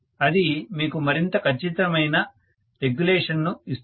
అది మీకు మరింత ఖచ్చితమైన రెగ్యులేషన్ ను ఇస్తుంది